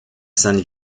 sainte